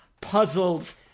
puzzles